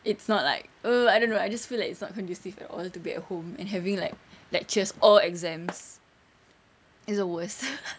it's not like err I don't know I just feel like it's not conducive at all to be at home and having like lectures or exams is the worst